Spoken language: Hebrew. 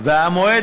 הוא מרשה לעצמו.